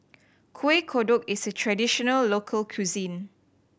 Kueh Kodok is a traditional local cuisine